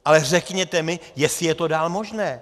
Ale řekněte mi, jestli je to dál možné?